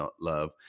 love